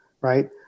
right